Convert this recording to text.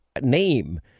name